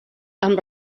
amb